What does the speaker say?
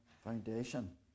foundation